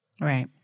right